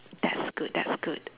that's good that's good